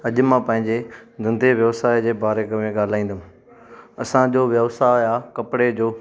अॼु मां पंहिंजे धंधे व्यवसाए जे बारे में ॻाल्हाईंदुमि असांजो व्यवसाए आहे कपिड़े जो